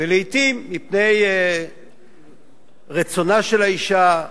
ולעתים, מפני רצונה של האשה,